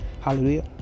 hallelujah